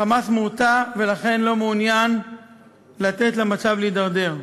ה"חמאס" מורתע, ולכן לא מעוניין לתת למצב להידרדר.